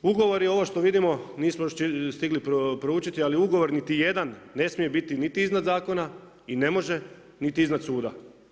Ugovor ovo što vidimo nismo stigli proučiti, ali ugovor niti jedan ne smije biti niti iznad zakona i ne može niti iznad suda.